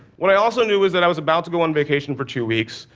what i also knew was that i was about to go on vacation for two weeks,